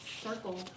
circle